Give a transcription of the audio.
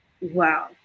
Wow